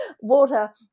water